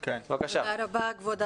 חברת